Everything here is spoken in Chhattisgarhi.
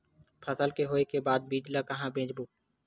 फसल के होय के बाद बीज ला कहां बेचबो?